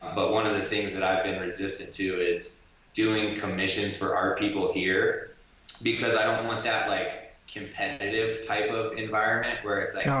but one of the things that i've been resistant to is doing commissions for our people here because i don't want want that like competitive type of environment where it's like, oh